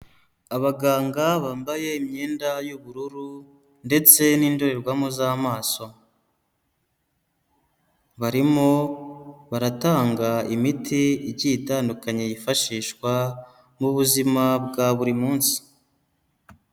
Abaganga bambaye imyenda y'ubururu ndetse n'indorerwamo z'amaso, barimo baratanga imiti igiye itandukanye yifashishwa mu buzima bwa buri munsi.